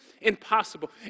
impossible